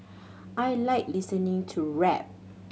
I like listening to rap